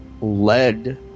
led